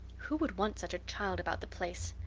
who would want such a child about the place?